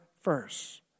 first